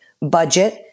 budget